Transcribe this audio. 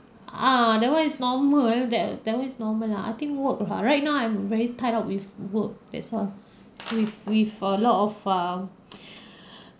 ah that one is normal that that one is normal lah I think work lah right now I'm very tied up with work that's all with with a lot of err